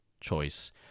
choice